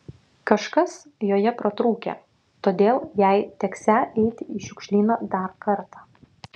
kažkas joje pratrūkę todėl jai teksią eiti į šiukšlyną dar kartą